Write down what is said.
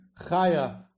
Chaya